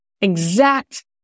exact